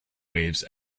waves